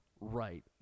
right